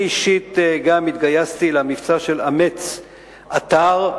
גם אני אישית התגייסתי למבצע "אמץ אתר"